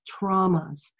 traumas